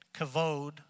Kavod